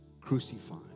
crucified